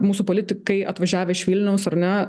mūsų politikai atvažiavę iš vilniaus ar ne